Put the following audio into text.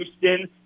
Houston